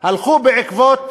הלכו בעקבות